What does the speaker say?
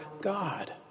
God